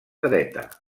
dreta